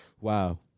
Wow